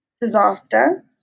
disaster